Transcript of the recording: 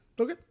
Okay